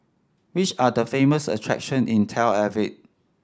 which are the famous attraction in Tel Aviv